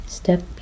Step